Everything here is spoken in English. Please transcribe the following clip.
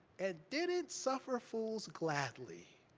and didn't suffer fools gladly.